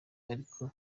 ariko